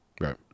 right